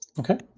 okay.